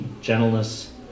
gentleness